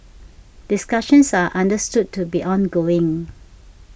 discussions are understood to be ongoing